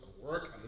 work